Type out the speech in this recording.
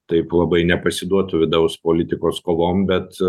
taip labai nepasiduotų vidaus politikos kovom bet